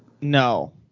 No